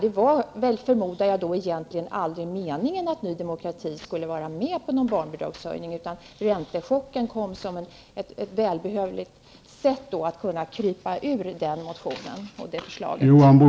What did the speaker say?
Jag förmodar att det aldrig var meningen att Ny Demokrati skulle vara med på en barnbidragshöjning. Räntechocken kom därför som en välbehövlig hjälp när det gällde att komma undan framlagda förslag i den aktuella motionen.